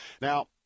now